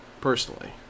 Personally